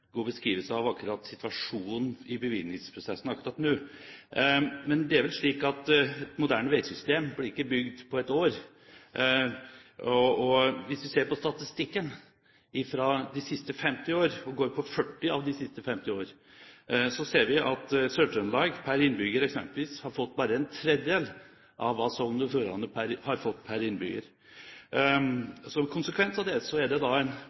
beskrivelse av situasjonen i bevilgningsprosessen akkurat nå. Men det er vel slik at et moderne veisystem blir ikke bygd på ett år, og hvis vi ser på statistikken for de siste 50 år, og tar for oss 40 av de siste 50 år, ser vi at Sør-Trøndelag per innbygger eksempelvis har fått bare ⅓ av hva Sogn og Fjordane har fått per innbygger. Som konsekvens av det er det da en